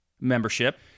membership